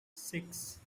six